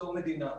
תבדוק